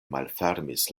malfermis